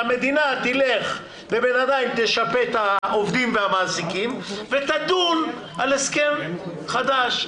שהמדינה בינתיים תשפה את העובדים והמעסיקים ותדון על הסכם חדש.